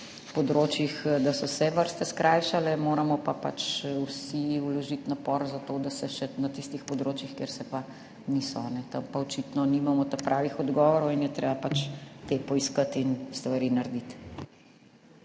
področjih vrste skrajšale, moramo pa vsi vložiti napor, zato da se še na tistih področjih, kjer se pa niso. Tam pa očitno nimamo ta pravih odgovorov in je treba te poiskati in stvari narediti.